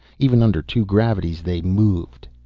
even under two gravities they moved.